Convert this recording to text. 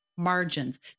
margins